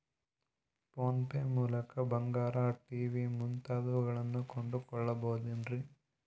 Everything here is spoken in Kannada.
ಫೋನ್ ಪೇ ಮೂಲಕ ಬಂಗಾರ, ಟಿ.ವಿ ಮುಂತಾದವುಗಳನ್ನ ಕೊಂಡು ಕೊಳ್ಳಬಹುದೇನ್ರಿ?